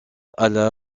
alla